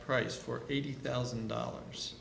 price for eighty thousand dollars